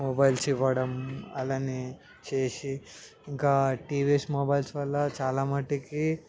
mobiles ఇవ్వడం అలానే చేసి ఇంకా టీవీస్ మొబైల్స్ వల్ల చాలామటుకి